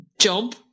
Jump